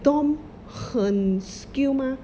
都很 skill mah